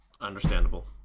Understandable